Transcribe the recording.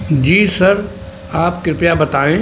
जी sir आप कृपया बताएं